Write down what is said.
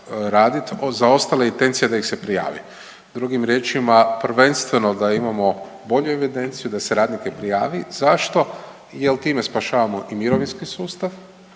raditi. Za ostale je intencija da ih se prijavi. Drugim riječima prvenstveno da imamo bolju evidenciju da se radnike prijavi. Zašto? Jer time spašavamo i mirovinski sustav,